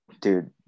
Dude